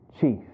chief